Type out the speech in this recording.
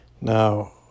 now